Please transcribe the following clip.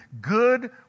good